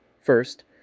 first